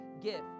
give